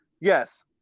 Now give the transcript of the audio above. yes